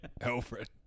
Alfred